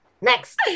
next